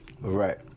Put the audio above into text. right